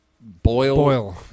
boil